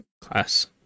class